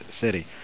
City